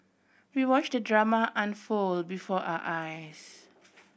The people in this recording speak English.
we watch the drama unfold before our eyes